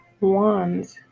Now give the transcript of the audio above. wands